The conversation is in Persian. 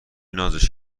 نازش